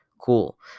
cool